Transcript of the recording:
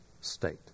state